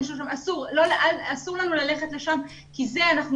או אין שלושה אסור לנו ללכת לשם כי זה אנחנו